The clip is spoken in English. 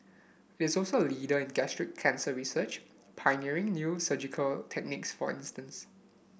it is also a leader in gastric cancer research pioneering new surgical techniques for instance